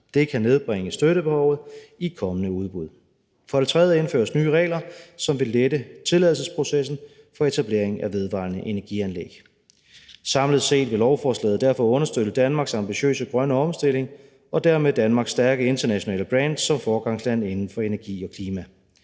Det kan nedbringe støttebehovet i kommende udbud. For det tredje indføres nye regler, som vil lette tilladelsesprocessen i forbindelse med etablering af vedvarende energi-anlæg Samlet set vil lovforslaget derfor understøtte Danmarks ambitiøse grønne omstilling og dermed Danmarks stærke internationale brand som foregangsland inden for energi og klima.